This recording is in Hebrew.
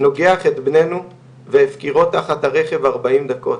נוגח את בננו והפקירו תחת הרכב 40 דקות.